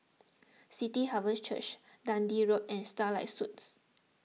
City Harvest Church Dundee Road and Starlight Suites